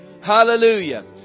Hallelujah